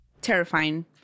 terrifying